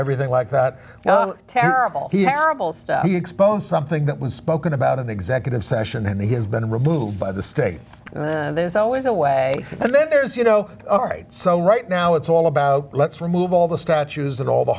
everything like that terrible he has exposed something that was spoken about in executive session and he has been removed by the state and then there's always a way and then there's you know all right so right now it's all about let's remove all the statues and all the